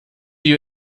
you